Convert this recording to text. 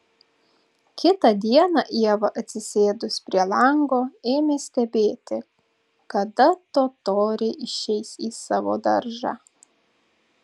kitą dieną ieva atsisėdus prie lango ėmė stebėti kada totoriai išeis į savo daržą